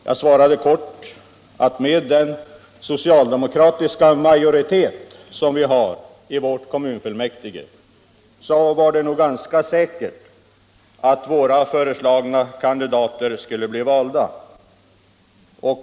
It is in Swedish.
Jag svarade kort att med den socialdemokratiska majoritet som vi har i kommunfullmäktige var det nog ganska säkert att våra föreslagna kandidater skulle bli valda.